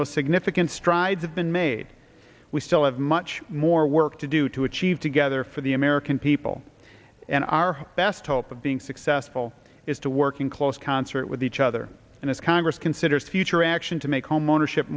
those significant strides have been made we still have much more work to do to achieve together for the american people and our best hope of being successful is to work in close concert with each other and as congress considers future action to make homeownership